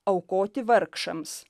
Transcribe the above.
aukoti vargšams